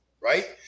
right